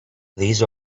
these